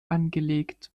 angelegt